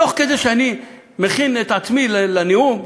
תוך כדי שאני מכין את עצמי לנאום,